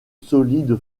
solide